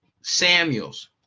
Samuels